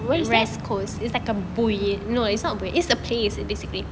what is that